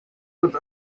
with